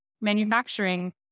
manufacturing